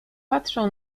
patrzą